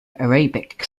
arabic